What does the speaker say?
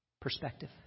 Perspective